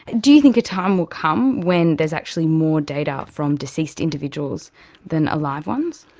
do you think a time will come when there's actually more data from deceased individuals than alive ones?